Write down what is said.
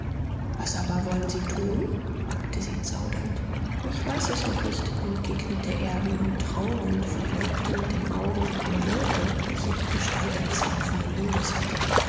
was aber wollen sie tun fragte sie zaudernd ich weiß es noch nicht entgegnete er wie im traum und verfolgte mit den augen eine wolke welche die gestalt eines laufenden hundes hatte